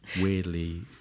weirdly